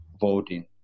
voting